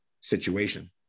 situation